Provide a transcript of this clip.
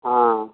हँ